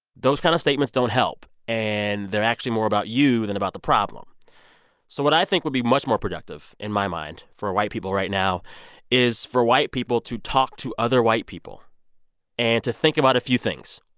those kind of statements don't help, and they're actually more about you than about the problem so what i think would be much more productive in my mind for white people right now is for white people to talk to other white people and to think about a few things.